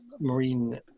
marine